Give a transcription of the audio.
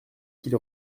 qu’il